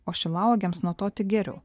o šilauogėms nuo to tik geriau